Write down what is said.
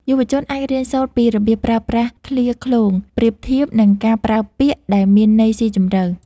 យុវជនអាចរៀនសូត្រពីរបៀបប្រើប្រាស់ឃ្លាឃ្លោងប្រៀបធៀប និងការប្រើពាក្យដែលមានន័យស៊ីជម្រៅ